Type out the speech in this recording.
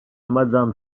madame